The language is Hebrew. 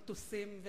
מטוסים,